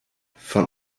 von